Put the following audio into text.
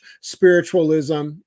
spiritualism